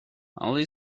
only